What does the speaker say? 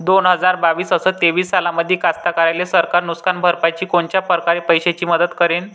दोन हजार बावीस अस तेवीस सालामंदी कास्तकाराइले सरकार नुकसान भरपाईची कोनच्या परकारे पैशाची मदत करेन?